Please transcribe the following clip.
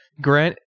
Grant